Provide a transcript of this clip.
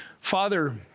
Father